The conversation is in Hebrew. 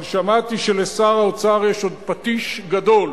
אבל שמעתי שלשר האוצר יש עוד פטיש גדול,